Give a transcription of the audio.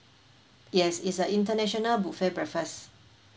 yes it's a international buffet breakfast